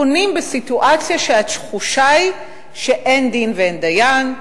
פונים בסיטואציה שהתחושה היא שאין דין ואין דיין,